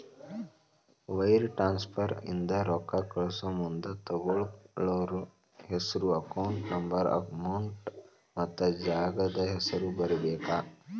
wire transfer ಇಂದ ರೊಕ್ಕಾ ಕಳಸಮುಂದ ತೊಗೋಳ್ಳೋರ್ ಹೆಸ್ರು ಅಕೌಂಟ್ ನಂಬರ್ ಅಮೌಂಟ್ ಮತ್ತ ಜಾಗದ್ ಹೆಸರ ಬರೇಬೇಕ್